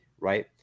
right